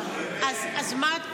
אז מה?